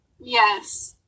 yes